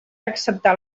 acceptar